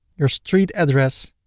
your street address,